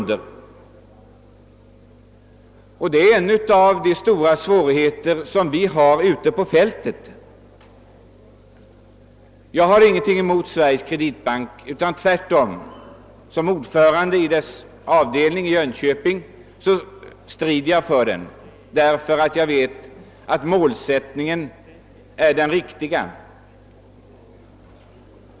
Detta är en av de stora svårigheter som vi möter ute på fältet. Som ordförande i dess avdelning i Jönköping strider jag tvärtom för den, därför att jag vet att målsättningen är den riktiga.